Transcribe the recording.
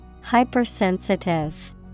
Hypersensitive